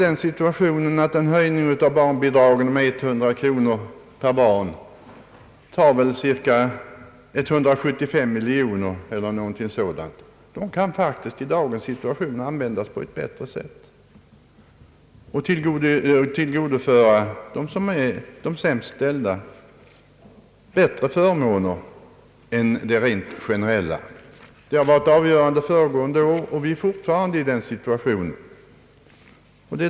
En höjning av barnbidraget med 100 kronor per barn kostar cirka 175 miljoner kronor. Detta belopp kan faktiskt i dagens läge användas på annat sätt, så att man tillförsäkrar de stämst ställda bättre förmåner. Detta har varit avgörande tidigare, och vi är fortfarande i samma situation.